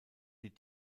die